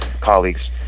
colleagues